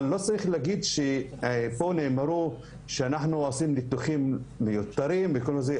אבל נאמר פה שאנחנו עושים ניתוחים מיותרים וכל זה.